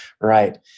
Right